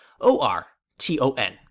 O-R-T-O-N